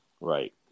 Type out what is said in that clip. right